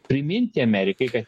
priminti amerikai kad